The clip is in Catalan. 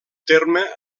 terme